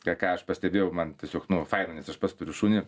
ką ką aš pastebėjau man tiesiog nu faina nes aš pats turiu šunį